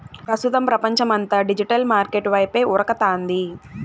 ప్రస్తుతం పపంచమంతా digital market వైపే ఉరకతాంది